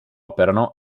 operano